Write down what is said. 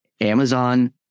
Amazon